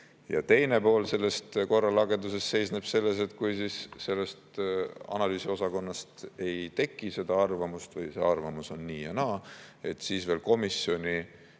Teine pool sellest korralagedusest seisneb selles, et kui analüüsiosakonnas ei teki seda arvamust või see arvamus on nii ja naa, siis komisjoni